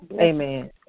amen